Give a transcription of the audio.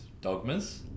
dogmas